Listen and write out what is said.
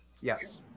Yes